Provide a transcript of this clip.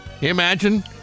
Imagine